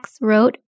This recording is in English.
wrote